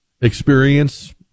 experience